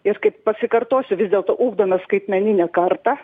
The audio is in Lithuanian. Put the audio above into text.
ir kaip pasikartosiu vis dėlto ugdome skaitmeninę kartą